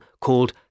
called